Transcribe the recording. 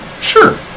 Sure